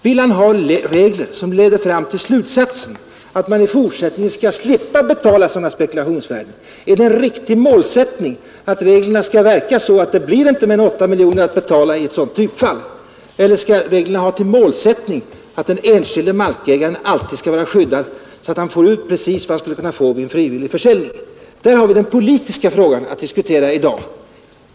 Vill han ha regler som leder fram till slutsatsen att man i fortsättningen skall slippa betala sådana spekulationsvärden? Är det en riktig målsättning att reglerna skall verka så att det inte blir mer än 8 miljoner kronor att betala i ett sådant typfall? Eller skall reglerna ha till målsättning att den enskilde markägaren alltid skall vara skyddad, så att han får ut precis vad han skulle kunna få vid en frivillig försäljning? Detta är den politiska fråga som vi har att diskutera i dag.